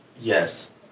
Yes